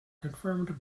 confirmed